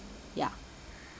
ya